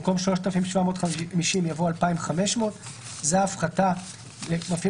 במקום 3,750 יבוא 2,500. זאת ההפחתה לעניין מפעיל